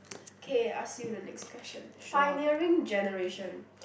K ask you the next question pioneering generation